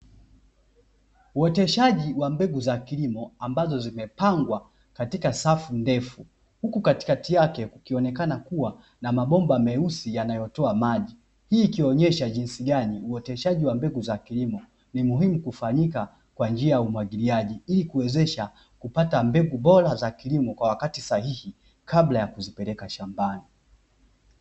Uoteahaji wa mbegu za kilimo ambazo zimepangwa katika Safi ndefu huku Katikati yake kukionekana kupangwa mabomba meusi yanayotoa maji. Hii ikionesha jinsi gani uoteshaji wa mbegu ni muhimu kufanyika kwa njia ya umwagiliaji, ilikuwezesha kupata mbegu bora za kilimo kwa wakati sahihi kabla ya kuzipeleka shambani.